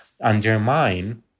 undermine